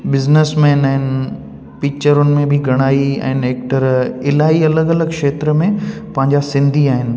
businessman आहिनि पिक्चरुनि में बि घणा ई आहिनि एक्टर इलाही अलॻि अलॻि क्षेत्र में पंहिंजा सिंधी आहिनि